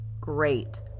great